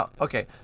okay